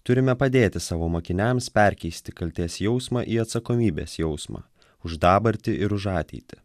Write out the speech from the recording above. turime padėti savo mokiniams perkeisti kaltės jausmą į atsakomybės jausmą už dabartį ir už ateitį